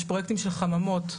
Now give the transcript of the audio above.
יש פרוייקטים של חממות,